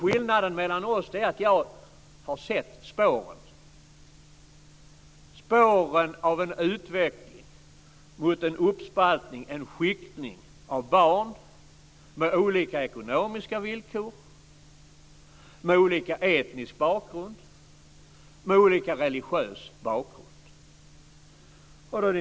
Skillnaden mellan oss är att jag har sett spåren av en utveckling mot en uppspaltning, en skiktning, av barn med olika ekonomiska villkor, med olika etnisk bakgrund och med olika religiös bakgrund.